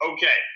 Okay